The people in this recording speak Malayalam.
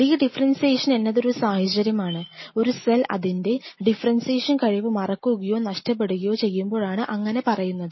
ഡി ഡിഫറെൻഷിയേഷൻ എന്നത് ഒരു സാഹചര്യമാണ് ഒരു സെൽ അതിന്റെ ഡിഫറെൻഷിയേഷൻ കഴിവ് മറക്കുകയോ നഷ്ടപ്പെടുകയോ ചെയ്യുമ്പോഴാണ് അങ്ങനെ പറയുന്നത്